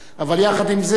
אבל יחד עם זה,